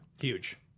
Huge